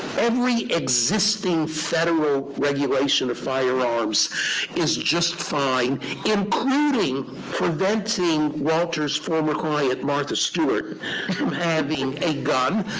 every existing federal regulation of firearms is just fine including preventing walter's former client martha stewart from having a gun.